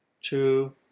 two